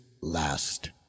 last